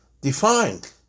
defined